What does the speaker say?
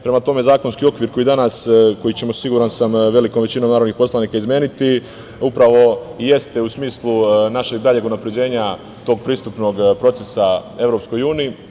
Prema tome, zakonski okvir koji ćemo danas, siguran sam, velikom većinom narodnih poslanika, izmeniti upravo jeste u smislu našeg daljeg unapređenja tog pristupnog procesa Evropskoj uniji.